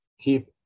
keep